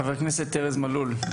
חבר הכנסת ארז מלול,